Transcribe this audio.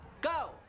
Go